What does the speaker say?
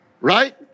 right